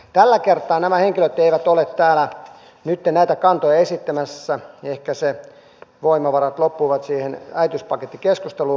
tällä kertaa nämä henkilöt eivät ole täällä näitä kantoja esittämässä ehkä ne voimavarat loppuivat siihen äitiyspakettikeskusteluun